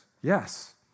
yes